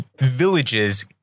villages